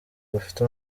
bafite